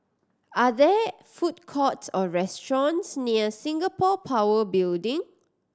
are there food courts or restaurants near Singapore Power Building